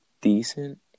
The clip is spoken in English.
decent